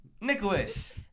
nicholas